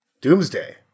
doomsday